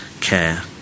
care